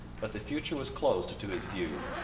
but the future was closed to his view,